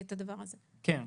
כן,